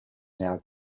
now